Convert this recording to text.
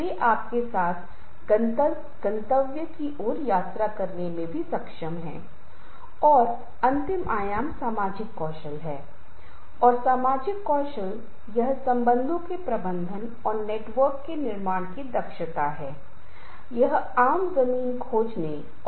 फिर आता है मिलनसार शैली कमोदटिंग स्टाइल accommodating styles कभी कभी हमारे व्यक्तिगत जीवन या पेशेवर जीवन में भी हमें संघर्षों से बचने के लिए समायोजित करना पड़ता है और कई बार हम समायोजित करते हैं अच्छा उदाहरण यह हो सकता है कि हमारे वैवाहिक संबंधों में हम एक दूसरे के व्यवहार आदतों भोजन को समायोजित करते हैं